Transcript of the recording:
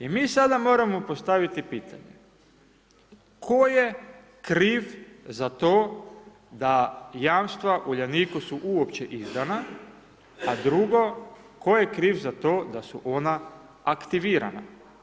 I mi sada moramo postaviti pitanje, tko je kriv za to da jamstva Uljaniku su uopće izdana, a drugo tko je kriv za to da su ona aktivirana?